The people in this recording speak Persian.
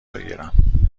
بگیرم